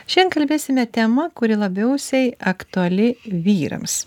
šian kalbėsime tema kuri labiausiai aktuali vyrams